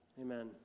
Amen